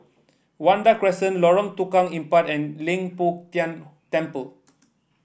Vanda Crescent Lorong Tukang Empat and Leng Poh Tian Temple